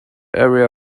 area